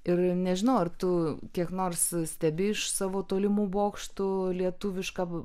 ir nežinau ar tu kiek nors stebi iš savo tolimų bokštų lietuvišką